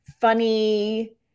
funny